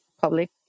public